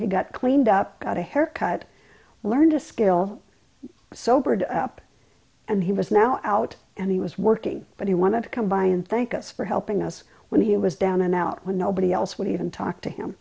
he got cleaned up got a haircut learned a skill sobered up and he was now out and he was working but he wanted to come by and thank us for helping us when he was down and out when nobody else would even talk to him